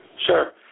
Sure